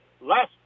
last